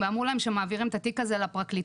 ואמרו להם שמעבירים את התיק הזה לפרקליטות